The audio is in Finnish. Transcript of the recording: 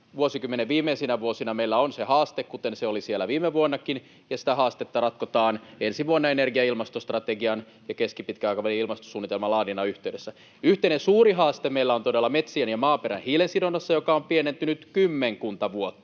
Vuosikymmenen viimeisinä vuosina meillä on se haaste, kuten se oli siellä viime vuonnakin, ja sitä haastetta ratkotaan ensi vuonna energia- ja ilmastostrategian ja keskipitkän aikavälin ilmastosuunnitelman laadinnan yhteydessä. Yhteinen suuri haaste meillä on todella metsien ja maaperän hiilensidonnassa, joka on pienentynyt kymmenkunta vuotta.